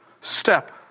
step